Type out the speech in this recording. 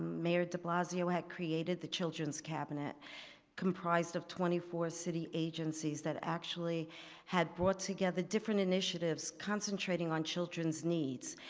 mayor de blasio had created the children's cabinet comprised of twenty four city agencies that actually had brought together different initiatives concentrating on children's needs.